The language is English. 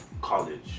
college